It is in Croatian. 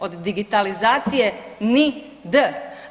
Od digitalizacije ni „d“